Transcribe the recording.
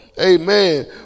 Amen